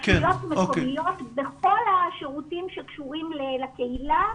רשויות מקומיות בכל השירותים שקשורים לקהילה,